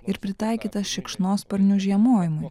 ir pritaikytas šikšnosparnių žiemojimui